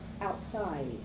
Outside